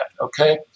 okay